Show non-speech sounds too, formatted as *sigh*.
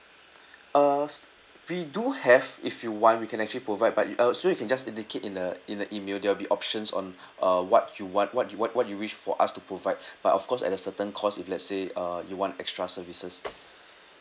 uh s~ we do have if you want we can actually provide but uh so you can just indicate in the in the email there'll be options on *breath* uh what you want what what what you wish for us to provide *breath* but of course at a certain cost if let's say uh you want extra services *breath*